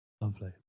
Lovely